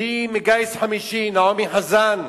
שהיא גיס חמישי, נעמי חזן,